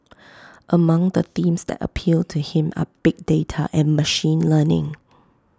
among the themes that appeal to him are big data and machine learning